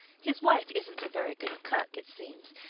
his wife isn't a very good cook, it seems,